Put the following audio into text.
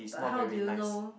but how do you know